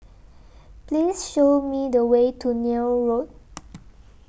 Please Show Me The Way to Neil Road